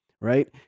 right